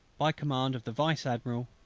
by command of the vice admiral.